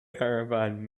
caravan